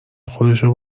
خودشو